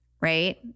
right